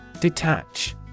Detach